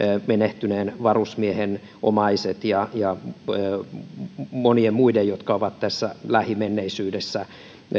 menehtyneen varusmiehen omaiset ja ja monet muut jotka ovat tässä lähimenneisyydessä